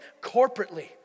corporately